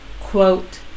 quote